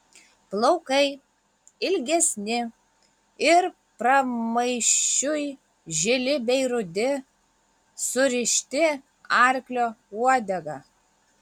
plaukai ilgesni ir pramaišiui žili bei rudi surišti arklio uodega